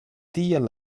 tiel